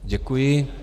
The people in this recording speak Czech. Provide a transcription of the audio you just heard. Děkuji.